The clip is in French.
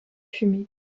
fumée